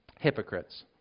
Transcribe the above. hypocrites